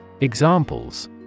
Examples